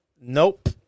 Nope